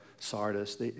Sardis